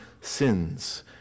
sins